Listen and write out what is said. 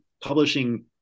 publishing